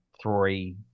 three